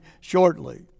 shortly